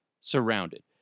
surrounded